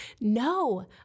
No